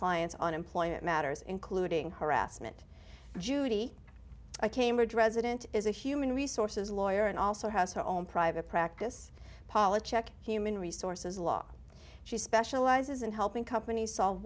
clients on employment matters including harassment judy cambridge resident is a human resources lawyer and also has her own private practice polacheck human resources law she specializes in helping companies solve